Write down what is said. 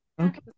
Okay